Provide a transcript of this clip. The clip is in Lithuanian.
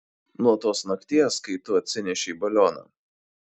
nuo tos nakties kai tu atsinešei balioną